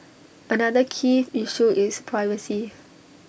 another key issue is privacy